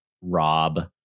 Rob